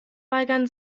weigern